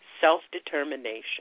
self-determination